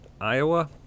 Iowa